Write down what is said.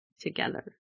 together